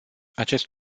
acest